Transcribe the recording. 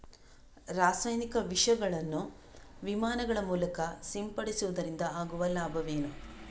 ರಾಸಾಯನಿಕ ವಿಷಗಳನ್ನು ವಿಮಾನಗಳ ಮೂಲಕ ಸಿಂಪಡಿಸುವುದರಿಂದ ಆಗುವ ಲಾಭವೇನು?